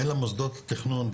הן למוסדות התכנון,